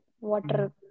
water